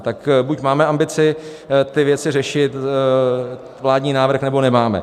Tak buď máme ambici ty věci řešit vládní návrh nebo nemáme.